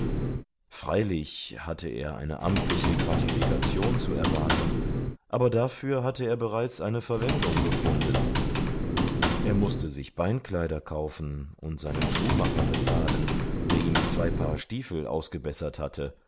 freilich hatte er eine amtliche gratifikation zu erwarten aber dafür hatte er bereits eine verwendung gefunden er mußte sich beinkleider kaufen und seinen schuhmacher bezahlen der ihm zwei paar stiefel ausgebessert hatte